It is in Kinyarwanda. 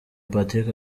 patrick